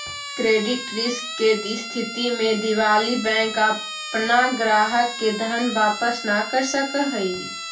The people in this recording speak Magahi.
क्रेडिट रिस्क के स्थिति में दिवालि बैंक अपना ग्राहक के धन वापस न कर सकऽ हई